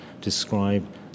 describe